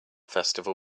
festival